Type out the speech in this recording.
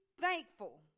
thankful